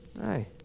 Hey